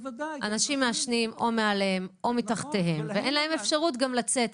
אנשים מעשנים מעליהם או מתחתיהם ואין להם אפשרות לצאת.